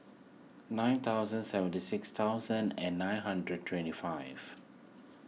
nine thousand seventy six thousand and nine hundred twenty five